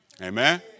Amen